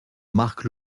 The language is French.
marque